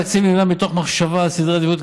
התקציב נבנה מתוך מחשבה על סדרי עדיפויות,